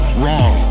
wrong